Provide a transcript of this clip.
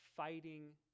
fighting